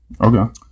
Okay